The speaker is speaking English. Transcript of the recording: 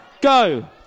go